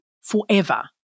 forever